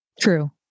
true